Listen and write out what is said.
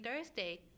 Thursday